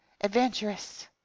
adventurous